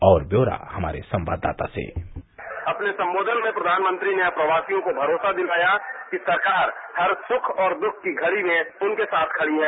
और ब्यौरा हमारे संवाददाता से अपने संबोषन में प्रघानमंत्री ने अप्रवासियों को भरोसा दिलाया कि सरकार हर सुख और दुख की घड़ी में उनके साथ खड़ी है